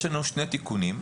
יש שני תיקונים,